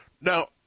now